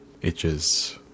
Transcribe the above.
itches